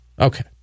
Okay